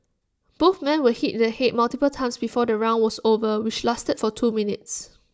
both men were hit the Head multiple times before the round was over which lasted for two minutes